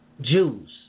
Jews